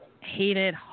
hated